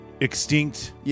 extinct